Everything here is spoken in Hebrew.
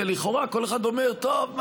ולכאורה כל אחד אומר: טוב,